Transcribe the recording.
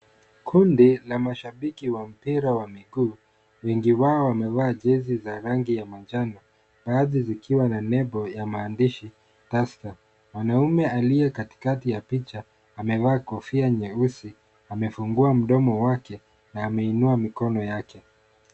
Kundi la mashabiki wa mpira wa miguu wengi wao wamevaa jezi za rangi ya manjano baadhi zikiwa na nembo ya maandishi tusker. Mwanaume aliye katikati ya picha amevaa kofia nyeusi l, amefungua mdomo wake na ameinua mikono yake.